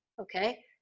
okay